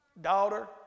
Daughter